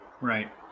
right